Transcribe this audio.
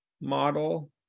model